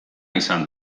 izan